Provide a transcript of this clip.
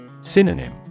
Synonym